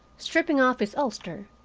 stripping off his ulster,